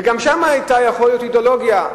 וגם שם יכול להיות שהיתה אידיאולוגיה.